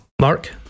Mark